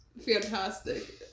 fantastic